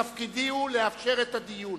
תפקידי הוא לאפשר את הדיון,